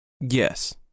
Yes